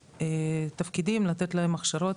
על התפקידים לתת להם הכשרות.